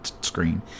screen